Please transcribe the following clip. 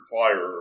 fire